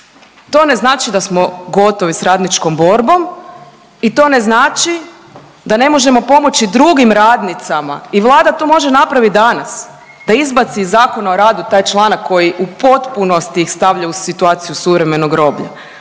To ne znači da smo gotovi sa radničkom borbom i to ne znači da na možemo pomoći drugim radnicama i Vlada to može napravit danas, da izbaci iz Zakona o radu taj članak koji u potpunosti ih stavlja u situaciju suvremenog roblja,